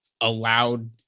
allowed